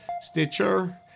Stitcher